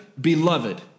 beloved